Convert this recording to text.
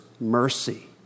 mercy